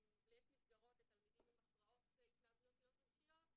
מסגרות לתלמידים עם הפרעות התנהגויות רגשיות,